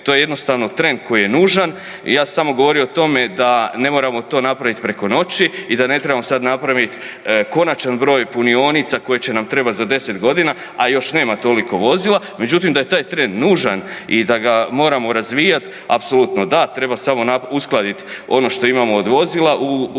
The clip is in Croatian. to je jednostavno trend koji je nužan i ja sam samo govorio o tome da ne moramo to napraviti preko noći i da ne trebamo sad napraviti konačan broj punionica koje će nam trebat za 10.g., a još nema toliko vozila, međutim da je taj trend nužan i da ga moramo razvijat, apsolutno da, treba samo uskladit ono što imamo od vozila u usporedbi